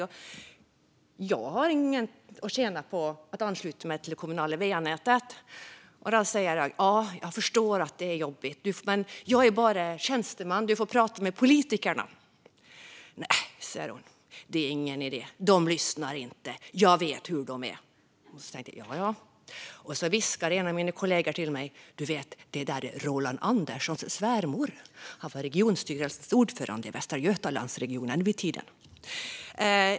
Hon hade inget att tjäna på att ansluta till det kommunala va-nätet, sa hon. Jag förstår att det är jobbigt, sa jag, men jag är bara tjänsteman. Du får prata med politiker. Nej, sa hon. Det är ingen idé. De lyssnar inte. Jag vet hur de är. Jaja, tänkte jag. Då viskade en av mina kollegor till mig: Du vet, det där är Roland Anderssons svärmor. Han var regionstyrelsens ordförande i Västra Götalandsregionen vid den tiden.